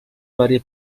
varie